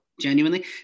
Genuinely